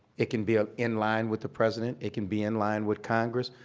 it can be ah in line with the president. it can be in line with congress.